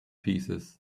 pieces